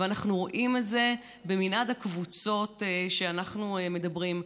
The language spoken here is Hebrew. ואנחנו רואים את זה במנעד הקבוצות שאנחנו מדברים.